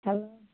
hello